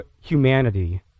humanity